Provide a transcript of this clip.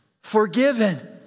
forgiven